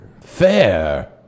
Fair